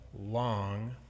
long